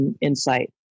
insight